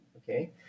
Okay